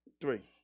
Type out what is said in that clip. Three